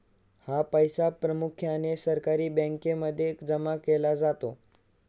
हा पैसा प्रामुख्याने सहकारी बँकांमध्ये जमा केला जातो